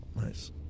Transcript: nice